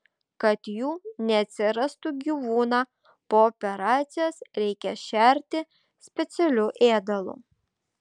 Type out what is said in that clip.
kad jų neatsirastų gyvūną po operacijos reikia šerti specialiu ėdalu